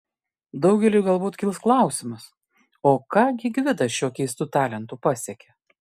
daugeliui galbūt kils klausimas o ką gi gvidas šiuo keistu talentu pasiekė